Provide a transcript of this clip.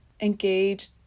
engage